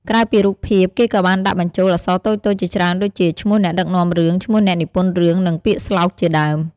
ក្រៅពីរូបភាព គេក៏បានដាក់បញ្ចូលអក្សរតូចៗជាច្រើនដូចជា ឈ្មោះអ្នកដឹកនាំរឿង ឈ្មោះអ្នកនិពន្ធរឿង និងពាក្យស្លោកជាដើម ។